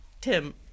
Tim